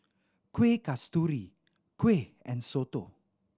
Kueh Kasturi kuih and soto